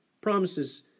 Promises